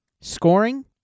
Scoring